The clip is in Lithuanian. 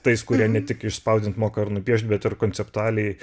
tais kurie ne tik išspausdint moka ir nupiešti bet ir konceptualiai